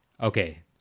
Okay